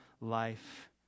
life